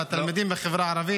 על התלמידים בחברה הערבית,